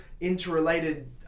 interrelated